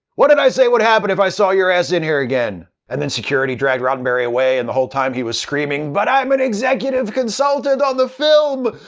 what'd i say would happen if i saw your ass in here again! and then security dragged roddenberry out, and the whole time he was screaming but i'm an executive consultant on the film!